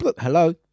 hello